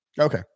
Okay